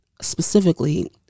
specifically